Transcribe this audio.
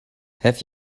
have